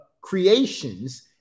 creations